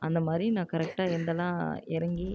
அந்தமாதிரி நான் கரெக்ட்டாக எங்கெல்லாம் இறங்கி